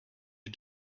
you